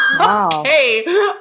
Okay